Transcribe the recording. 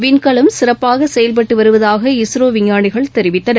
விண்கலம் சிறப்பாகசெயல்பட்டுவருவதாக இஸ்ரோவிஞ்ஞானிகள் தெரிவித்தனர்